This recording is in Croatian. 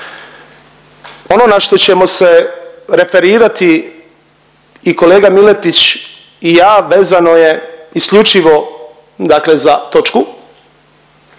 Ono na što ćemo se referirati i kolega Miletić i ja vezano je isključivo za točku,